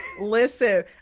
listen